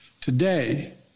Today